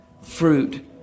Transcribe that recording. fruit